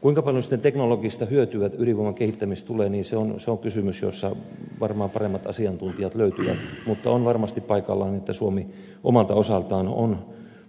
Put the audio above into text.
kuinka paljon sitten teknologista hyötyä ydinvoiman kehittämisestä tulee se on kysymys jonka vastaamiseen varmaan paremmat asiantuntijat löytyvät mutta on varmasti paikallaan että suomi omalta osaltaan on